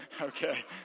Okay